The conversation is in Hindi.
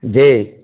जी